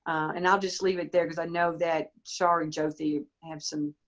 and i'll just leave it there because i know that shar and jyoti have some